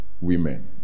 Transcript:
women